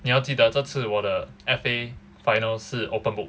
你要记得这次 the F_A final 是 open book